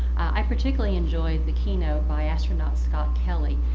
i particularly enjoyed the keynote by astronaut scott kelly.